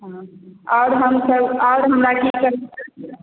आओर हमसभ आओर